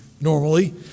normally